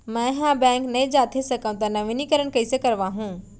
मैं ह बैंक नई जाथे सकंव त नवीनीकरण कइसे करवाहू?